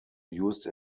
used